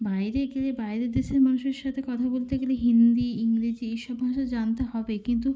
বাইরে গেলে বাইরের দেশের মানুষের সাথে কথা বলতে গেলে হিন্দি ইংরেজি এই সব ভাষা জানতে হবে কিন্তু